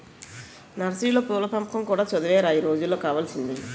నర్సరీలో పూల పెంపకం కూడా చదువేరా ఈ రోజుల్లో కావాల్సింది